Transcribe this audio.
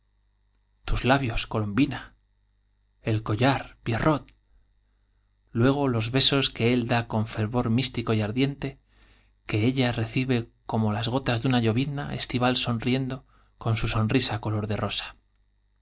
tus labios colorn bin el collar pierrot luego los besos que él da con fervor místico y ardiente que ella recibe como las gotas de una llovizna estival sonriendo con su sonrisa color de rosa